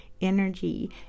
energy